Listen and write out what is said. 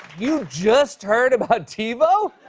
you've just heard about tivo?